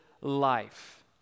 life